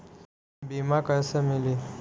बीमा कैसे मिली?